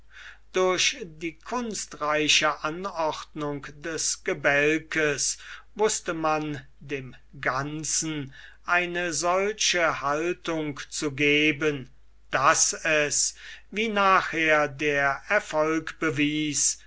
durch die kunstreiche anordnung des gebälkes wußte man dem ganzen eine solche haltung zu geben daß es wie nachher der erfolg bewies